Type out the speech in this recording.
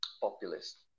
populist